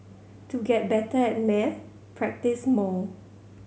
to get better at maths practise more